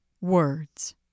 words